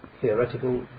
theoretical